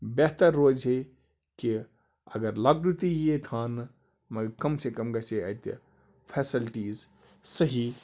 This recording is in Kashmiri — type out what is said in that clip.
بہتَر روزِہے کہِ اَگر لۄکٹُے تہِ یی ہے تھاونہٕ مگر کَم سے کَم گَژھے اَتہِ فٮ۪سلٹیٖز صحیح